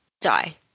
die